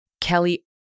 Kelly